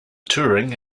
turing